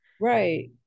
right